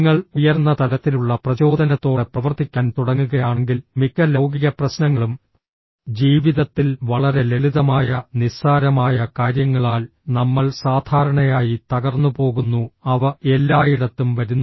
നിങ്ങൾ ഉയർന്ന തലത്തിലുള്ള പ്രചോദനത്തോടെ പ്രവർത്തിക്കാൻ തുടങ്ങുകയാണെങ്കിൽ മിക്ക ലൌകിക പ്രശ്നങ്ങളും ജീവിതത്തിൽ വളരെ ലളിതമായ നിസ്സാരമായ കാര്യങ്ങളാൽ നമ്മൾ സാധാരണയായി തകർന്നുപോകുന്നു അവ എല്ലായിടത്തും വരുന്നു